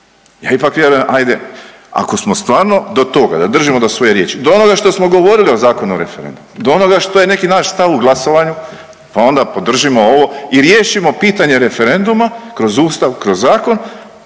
Ja ipak vjerujem ajde ako smo stvarno do toga da držimo do svoje riječi do onoga što smo govorili o Zakonu o referendumu do onoga što je neki naš stav u glasovanju pa onda podržimo ovo i riješimo pitanje referenduma kroz Ustav, kroz zakon